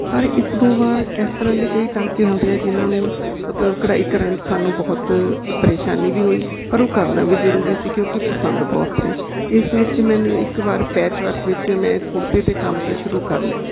ਪਰ ਇੱਕ ਦੋ ਵਾਰ ਇਸ ਤਰ੍ਹਾਂ ਦੇ ਕਈ ਟਾਂਕੇ ਹੁੰਦੇ ਆ ਜਿਹਨਾਂ ਨੂੰ ਮਤਲਬ ਕਢਾਈ ਕਰਨ ਸਾਨੂੰ ਬਹੁਤ ਪਰੇਸ਼ਾਨੀ ਵੀ ਹੋਈ ਪਰ ਉਹ ਕਰਨਾ ਵੀ ਜ਼ਰੂਰੀ ਸੀ ਕਿਉਂਕਿ ਪਸੰਦ ਬਹੁਤ ਸੀ ਇਸ ਵਿੱਚ ਮੈਨੂੰ ਇੱਕ ਵਾਰ ਪੈਚ ਵਰਕ ਵਿੱਚ ਮੈਂ ਕੁੜਤੇ 'ਤੇ ਕੰਮ ਤਾਂ ਸ਼ੁਰੂ ਕਰ ਲਿਆ